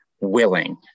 willing